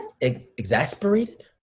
Exasperated